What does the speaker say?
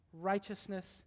righteousness